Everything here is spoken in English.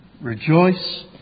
Rejoice